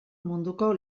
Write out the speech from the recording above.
munduko